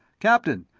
captain,